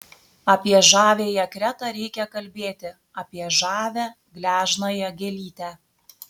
apie žaviąją kretą reikia kalbėti apie žavią gležnąją gėlytę